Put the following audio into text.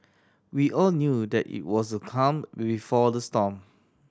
we all knew that it was the calm B before the storm